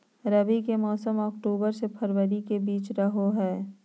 रबी के मौसम अक्टूबर से फरवरी के बीच रहो हइ